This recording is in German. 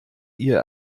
ihr